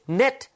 net